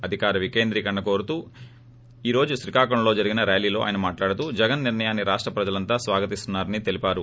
అధికార వికేంద్రీకరణ కోరుతూ ఈ రోజు శ్రీకాకుళంలో జరిగిన ర్యాలీలో ఆయన మాట్లాడుతూ జగన్ నిర్ణయాన్ని రాష్ట ప్రజలంతా స్వాగతిస్తున్నారని తెలిపారు